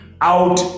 out